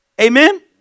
Amen